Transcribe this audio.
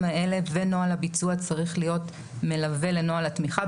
האלה ונוהל הביצוע צריך להיות מלווה לנוהל התמיכה,